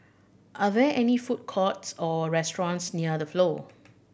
are there any food courts or restaurants near The Flow